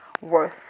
worth